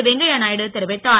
வெங்கையாநாயடு தெரிவித்தார்